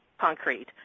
concrete